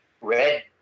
red